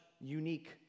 unique